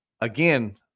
again